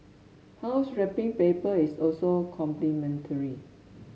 house wrapping paper is also complimentary